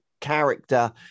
character